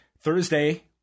thursday